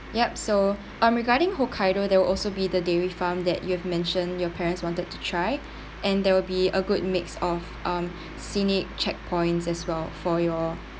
yup so I'm regarding hokkaido there will also be the dairy farm that you have mentioned your parents wanted to try and there will be a good mix of um scenic checkpoints as well for your